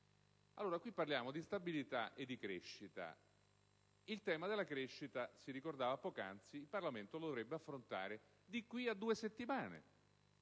parliamo di stabilità e di crescita. Il tema della crescita, si ricordava poc'anzi, il Parlamento lo dovrebbe affrontare di qui a due settimane,